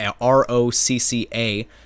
R-O-C-C-A